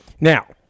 Now